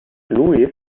louis